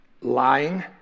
lying